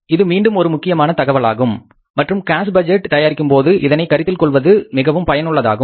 இது மீண்டும் ஒரு முக்கியமான தகவலாகும் மற்றும் காஸ் பட்ஜெட் தயாரிக்கும்போது இதனை கருத்தில் கொள்வது மிகவும் பயனுள்ளதாகும்